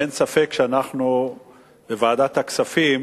אין ספק שאנחנו בוועדת הכספים